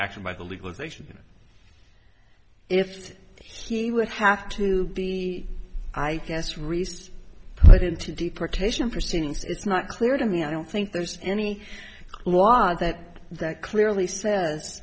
action by the legalisation if he would have to be i guess resist right into deportation proceedings it's not clear to me i don't think there's any law that that clearly says